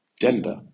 gender